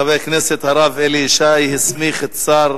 חבר הכנסת הרב אלי ישי, הסמיך את השר